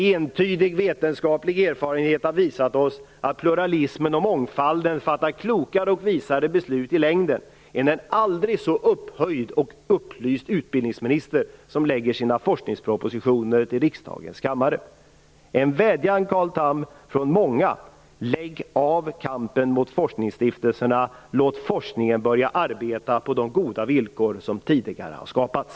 Entydig vetenskaplig erfarenhet har visat oss att pluralismen och mångfalden i längden innebär klokare beslut än en aldrig så upphöjd och upplyst utbildningsminister som lägger sina forskningspropositioner på riksdagens bord. En vädjan till Carl Tham från många: Lägg av kampen mot forskningsstiftelserna och låt forskningen börja arbeta på de goda villkor som tidigare har skapats!